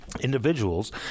individuals